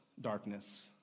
darkness